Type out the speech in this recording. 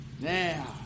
Now